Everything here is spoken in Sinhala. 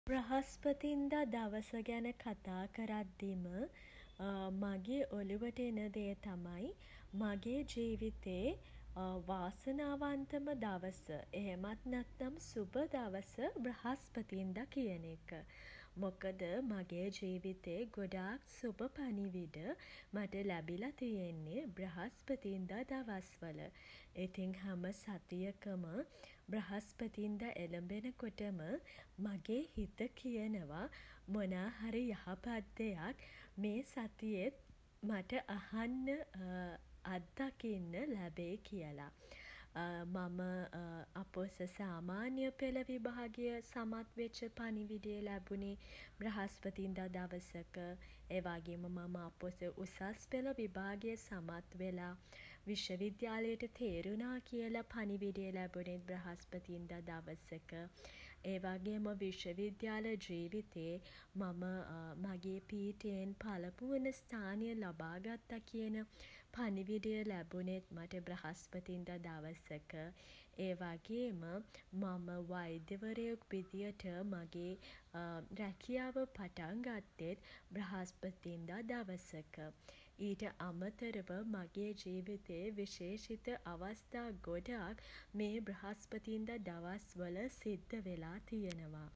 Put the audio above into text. බ්‍රහස්තින්දා දවස ගැන කතා කරද්මදි මගේ ඔළුවට එන දේ තමයි මගේ ජීවිතේ වාසනාවන්තම දවස එහෙමත් නැත්නම් සුබ දවස බ්‍රහස්පතින්දා කියන එක. මොකද මගේ ජීවිතේ ගොඩාක් සුබ පණිවිඩ මට ලැබිලා තියෙන්නේ බ්‍රහස්පතින්දා දවස් වල. ඉතින් හැම සතියකම බ්‍රහස්පතින්දා එළඹෙන කොටම මගේ හිත කියනවා මොනා හරි යහපත් දෙයක් මේ සතියෙත් මට අහන්න අත්දකින්න ලැබෙයි කියල මම අපොස සාමාන්‍ය පෙළ විභාගය සමත් වෙච්ච පණිවිඩය ලැබුණෙ බ්‍රහස්පතින්දා දවසක. ඒ වගේම මම අපොස උසස් පෙළ විභාගය සමත් වෙලා විශ්ව විද්‍යාලයට තේරුණා කියලා පණිවිඩය ලැබුනේ බ්‍රහස්පතින්දා දවසක. ඒ වගේම විශ්ව විද්‍යාල ජීවිතේ මම මගේ පීඨයෙන් පළමුවන ස්ථානය ලබාගත්තා කියන පණිවිඩය ලැබුණෙත් මට බ්‍රහස්පතින්දා දවසක. ඒ වගේම මම වෛද්‍යවරයෙක් විදිහට මගේ රැකියාව පටන් ගත්තෙත් බ්‍රහස්පතින්දා දවසක. ඊට අමතරව මගේ ජීවිතේ විශේෂිත අවස්ථා ගොඩක් මේ බ්‍රහස්පතින්දා දවස්වල සිද්ධ වෙලා තියෙනවා.